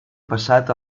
passat